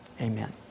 Amen